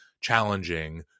challenging